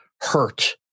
hurt